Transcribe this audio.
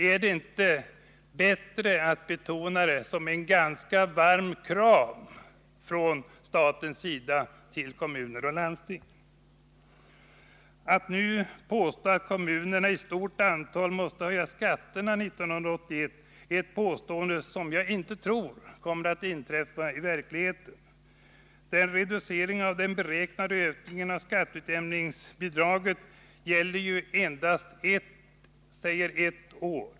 Är det inte snarare en ganska varm kram från statens sida? Det påstås nu från olika håll att kommunerna i stort antal måste höja skatterna 1981. Det tror jag inte kommer att inträffa i verkligheten. Reduceringen av den beräknade ökningen av skatteutjämningsbidraget gäller endast eft år.